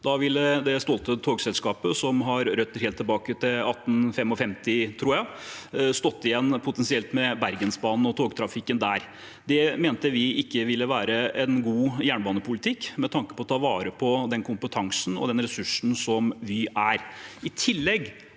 Da ville det stolte togselskapet, som har røtter helt tilbake til 1855, tror jeg, potensielt stått igjen med Bergensbanen og togtrafikken der. Det mente vi ikke ville være en god jernbanepolitikk med tanke på å ta vare på den kompetansen og ressursen som Vy er.